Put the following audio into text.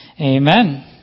amen